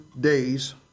days